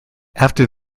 after